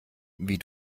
wie